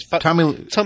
Tommy